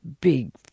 big